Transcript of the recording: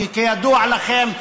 כי כידוע לכם,